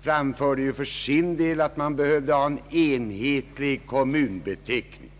framhöll för sin del att man behövde ha en enhetlig kommunbeteckning.